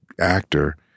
actor